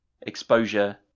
exposure